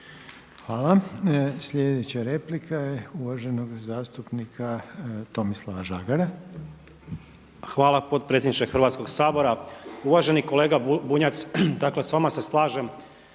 Hvala. Sljedeća replika je uvaženog zastupnika Tomislava Žagara. **Žagar, Tomislav (Nezavisni)** Hvala potpredsjedniče Hrvatskog sabora. Uvaženi kolega Bunjac, dakle s vama se slažem